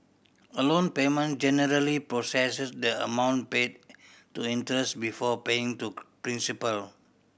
a loan payment generally processes the amount paid to interest before paying to principal